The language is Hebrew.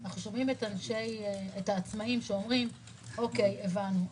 אנחנו שומעים את העצמאים אומרים: הבנו,